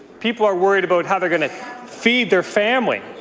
people are worried about how they're going to feed their family.